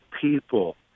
people